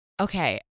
Okay